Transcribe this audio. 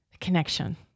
Connection